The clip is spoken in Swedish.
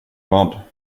vad